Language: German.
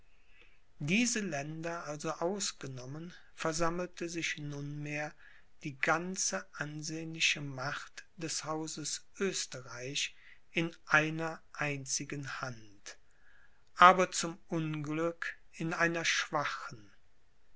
diese länder also ausgenommen versammelte sich nunmehr die ganze ansehnliche macht des hauses oesterreich in einer einzigen hand aber zum unglück in einer schwachen